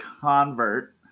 convert